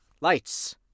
lights